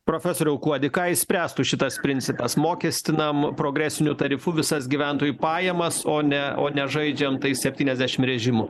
profesoriau kuodi ką išspręstų šitas principas mokestinam progresiniu tarifu visas gyventojų pajamas o ne o ne žaidžiam tais septyniasdešim režimų